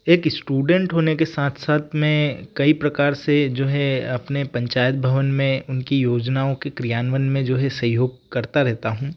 एक स्टूडेंट होने के साथ साथ मैं कई प्रकार से जो है अपने पंचायत भवन में उनकी योजनाओं की क्रियान्वन में जो है सहयोग करता रहता हूँ